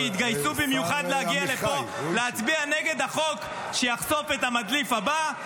שהתגייסו במיוחד להגיד לפה להצביע נגד החוק שיחשוף את המדליף הבא,